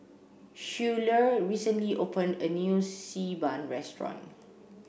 Schuyler recently opened a new Xi Ban restaurant